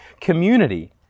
community